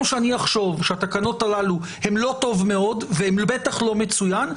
שאני אחשוב שהתקנות הן לא טוב מאוד והן בטח לא מצוין,